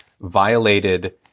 violated